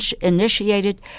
initiated